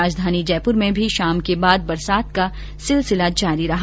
राजधानी जयपुर में भी शाम के बाद बरसात का सिलसिला जारी रहा